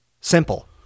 simple